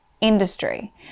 industry